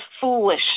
foolish